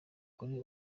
kuri